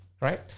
right